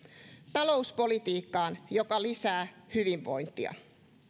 talouspolitiikkaan joka lisää hyvinvointia